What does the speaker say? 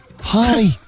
Hi